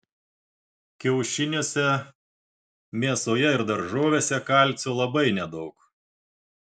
kiaušiniuose mėsoje ir daržovėse kalcio labai nedaug